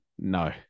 No